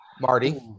Marty